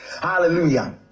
Hallelujah